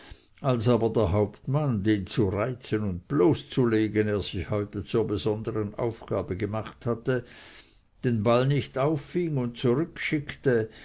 als aber der hauptmann den zu reizen und bloßzulegen er sich heute zur besonderen aufgabe gemacht hatte den ball nicht auffing und